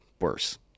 worse